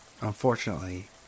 Unfortunately